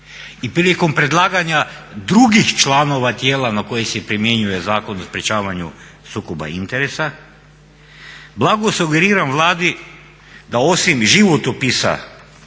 i prilikom predlaganja drugih članova tijela na koje se primjenjuje Zakon o sprečavanju sukoba interesa. Blago sugeriram Vladi da osim životopisa